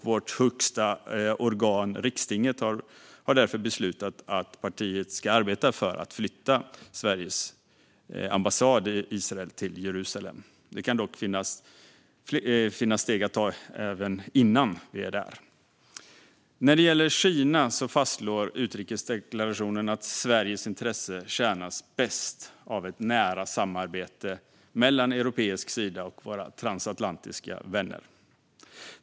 Vårt högsta organ, rikstinget, har därför beslutat att partiet ska arbeta för att flytta Sveriges ambassad i Israel till Jerusalem. Det kan dock finnas steg att ta även innan vi är där. När det gäller Kina fastslår utrikesdeklarationen att Sveriges intressen tjänas bäst av ett nära samarbete mellan europeisk sida och våra transatlantiska vänner.